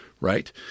right